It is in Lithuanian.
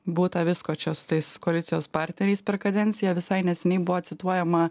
būta visko čia su tais koalicijos partneriais per kadenciją visai neseniai buvo cituojama